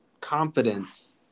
confidence